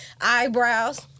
eyebrows